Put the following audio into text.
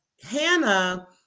Hannah